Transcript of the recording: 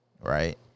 Right